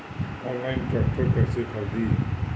Online tractor कैसे खरदी?